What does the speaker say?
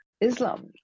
Islam